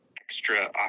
extra